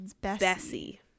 Bessie